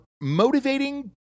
motivating